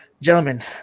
Gentlemen